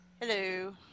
Hello